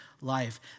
life